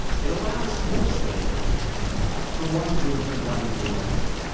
it allows forced labor for one group and one group only,